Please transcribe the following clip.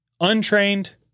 untrained